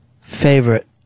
Favorite